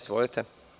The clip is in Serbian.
Izvolite.